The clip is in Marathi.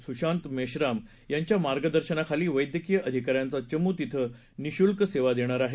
सुशांत मेश्राम यांचा मार्गदर्शनाखाली वैद्यकीय अधिकाऱ्यांचा चमू तिथं निशुल्क सेवा देणार आहे